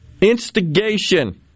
instigation